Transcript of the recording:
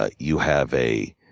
ah you have a